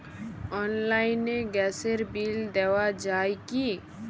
অনলাইনে গ্যাসের বিল দেওয়া যায় কি?